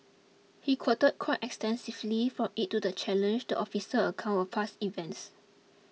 he quoted quite extensively from it to challenge to officer account of past events